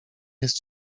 jest